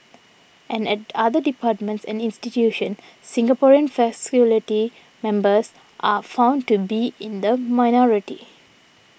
and at other departments and institutions Singaporean faculty members are found to be in the minority